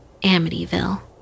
Amityville